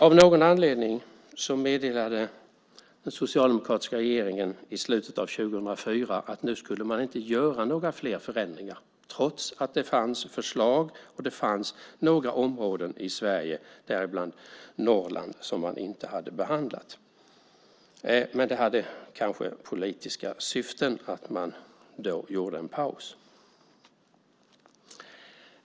Av någon anledning meddelade den socialdemokratiska regeringen i slutet av år 2004 att man inte skulle göra några fler förändringar trots att det fanns förslag och några områden i Sverige, däribland Norrland, som man inte hade behandlat. Men det hade kanske politiska syften att man då gjorde en paus.